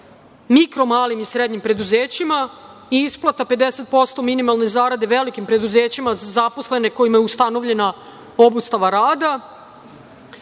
mikro-malim i srednjim preduzećima i isplata 50% minimalne zarade velikim preduzećima za zaposlene kojima je ustanovljena obustava rada.